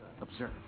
Observe